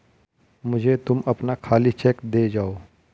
मुझे तुम अपना खाली चेक दे जाओ